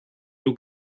elu